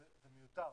זה מיותר.